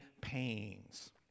pains